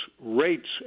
rates